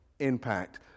impact